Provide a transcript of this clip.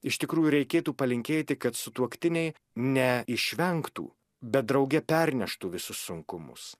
iš tikrųjų reikėtų palinkėti kad sutuoktiniai ne išvengtų bet drauge perneštų visus sunkumus